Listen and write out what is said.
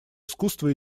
искусство